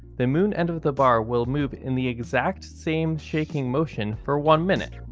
the moon end of the bar will move in the exact same shaking motion for one minute.